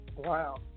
Wow